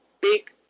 big